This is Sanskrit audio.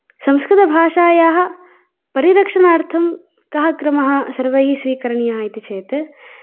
संस्कृतभाषायाः परिरक्षणार्थं कः क्रमः सर्वैः स्वीकरणीयः इति चेत्